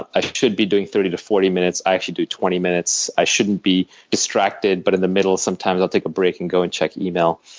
i should be doing thirty to forty minutes i actually do twenty minutes. i shouldn't be distracted but in the middle sometimes i'll take a break and go and check email.